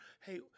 hey